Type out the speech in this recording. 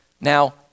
Now